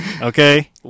okay